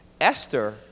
Esther